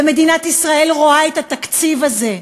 ומדינת ישראל רואה את התקציב הזה,